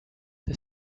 the